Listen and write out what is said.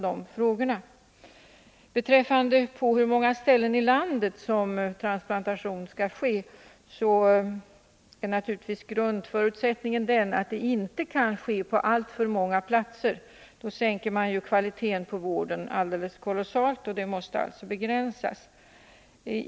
Beträffande frågan om på hur många ställen i landet dessa transplantationer kan ske, vill jag säga att grundförutsättningen naturligtvis är att de inte skall äga rum på alltför många platser. Då sänker man ju kvaliteten på vården alldeles kolossalt.